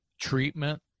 treatment